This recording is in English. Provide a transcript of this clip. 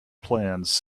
plans